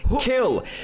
kill